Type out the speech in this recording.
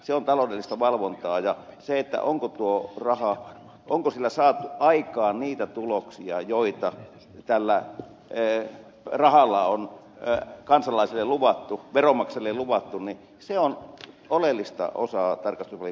se on taloudellista valvontaa ja se onko sillä saatu aikaan niitä tuloksia joita tällä rahalla on kansalaisille luvattu veronmaksajille luvattu on oleellinen osa tarkastusvaliokunnan työstä